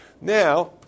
now